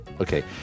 Okay